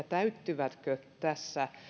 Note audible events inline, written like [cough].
[unintelligible] täyttyvätkö tässä